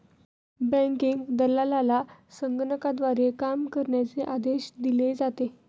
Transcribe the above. banking दलालाला संगणकाद्वारे काम करण्याचे आदेश दिले जातात